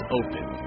open